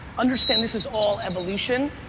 understand this is all evolution.